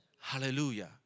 Hallelujah